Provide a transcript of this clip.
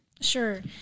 Sure